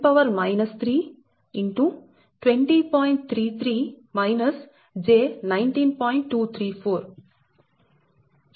4605 x 10 3x20